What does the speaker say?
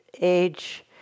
age